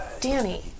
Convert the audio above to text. Danny